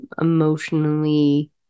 emotionally